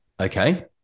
Okay